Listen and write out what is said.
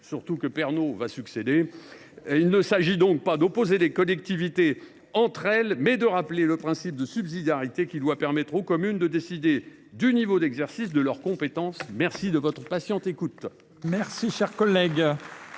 succéder à la tribune ! Il ne s’agit donc pas d’opposer les collectivités entre elles, mais de rappeler le principe de subsidiarité, qui doit permettre aux communes de décider du niveau d’exercice de leurs compétences. La parole est à M.